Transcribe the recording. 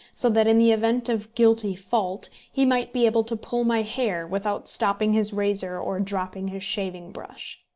so that in the event of guilty fault, he might be able to pull my hair without stopping his razor or dropping his shaving-brush.